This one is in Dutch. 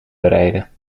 bereiden